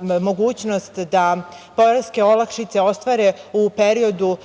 da poreske olakšice ostvare u periodu